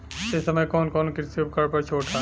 ए समय कवन कवन कृषि उपकरण पर छूट ह?